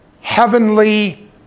heavenly